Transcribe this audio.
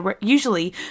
usually